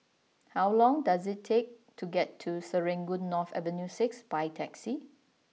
how long does it take to get to Serangoon North Avenue Six by taxi